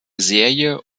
serie